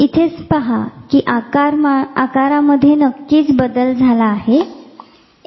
तर इथे पहा कि आकारामध्ये नक्कीच बदल झाला आहे